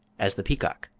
as the peacock.